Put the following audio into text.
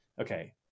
okay